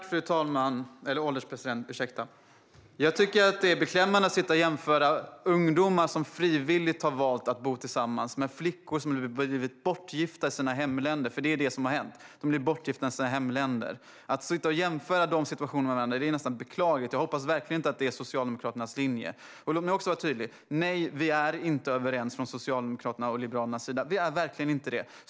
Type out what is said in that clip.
Fru ålderspresident! Jag tycker att det är beklämmande att stå och jämföra ungdomar som frivilligt har valt att bo tillsammans med flickor som blivit bortgifta i sina hemländer. Det är ju det som har hänt: De blir bortgifta i sina hemländer. Att jämföra dessa situationer är nästan beklagligt, och jag hoppas verkligen inte att det är Socialdemokraternas linje. Låt mig vara tydlig: Liberalerna och Socialdemokraterna är inte överens. Vi är verkligen inte det.